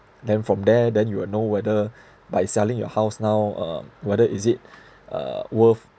then from there then you will know whether by selling your house now uh whether is it uh worth